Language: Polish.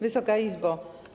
Wysoka Izbo!